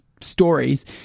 stories